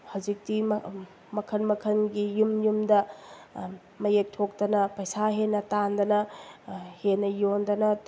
ꯍꯧꯖꯤꯛꯇꯤ ꯃꯈꯟ ꯃꯈꯟꯒꯤ ꯌꯨꯝ ꯌꯨꯝꯗ ꯃꯌꯦꯛ ꯊꯣꯛꯇꯅ ꯄꯩꯁꯥ ꯍꯦꯟꯅ ꯇꯥꯟꯗꯅ ꯍꯦꯟꯅ ꯌꯣꯟꯗꯅ